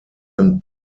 ein